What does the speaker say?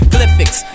Glyphics